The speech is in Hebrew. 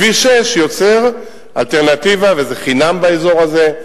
כביש 6 יוצר אלטרנטיבה, וזה חינם באזור הזה.